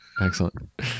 excellent